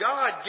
God